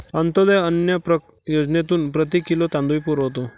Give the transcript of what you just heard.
अंत्योदय अन्न योजनेतून प्रति किलो तांदूळ पुरवतो